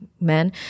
men